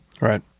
Right